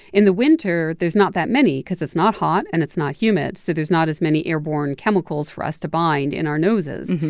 in the winter, there's not that many because it's not hot and it's not humid, so there's not as many airborne chemicals for us to bind in our noses.